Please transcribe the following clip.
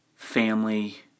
Family